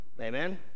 amen